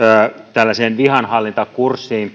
tällaisiin vihanhallintakursseihin